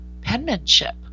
penmanship